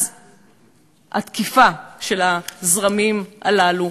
אז התקיפה של הזרמים הללו,